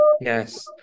Yes